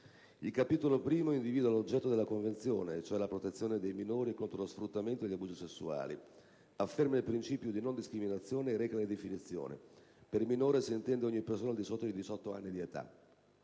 Il Capitolo I individua l'oggetto della Convenzione e dunque la protezione dei minori contro lo sfruttamento e gli abusi sessuali, afferma il principio di non discriminazione e reca le definizioni. Per minore si intende ogni persona al di sotto dei 18 anni di età.